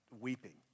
weeping